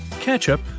ketchup